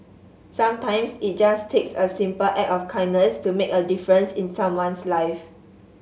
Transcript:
sometimes it just takes a simple act of kindness to make a difference in someone's life